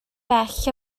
bell